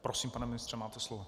Prosím, pane ministře, máte slovo.